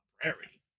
Prairie